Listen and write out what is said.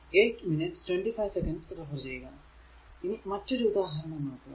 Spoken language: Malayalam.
ഇനി മറ്റൊരു ഉദാഹരണം നോക്കുക